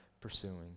pursuing